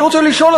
אני רוצה לשאול,